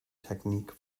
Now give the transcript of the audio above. technique